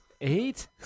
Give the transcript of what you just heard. Eight